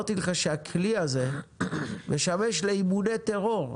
אמרתי לך שהכלי הזה משמש לאימוני טרור,